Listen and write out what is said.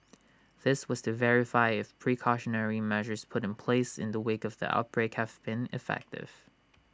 this was to verify if precautionary measures put in place in the wake of the outbreak have been effective